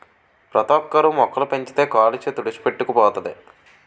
ప్రతోక్కరు మొక్కలు పెంచితే కాలుష్య తుడిచిపెట్టుకు పోతది